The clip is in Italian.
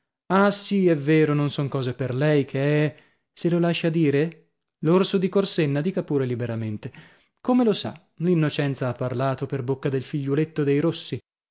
ah sì è vero non son cose per lei che è se lo lascia dire l'orso di corsenna dica pure liberamente come lo sa l'innocenza ha parlato per bocca del figliuoletto dei rossi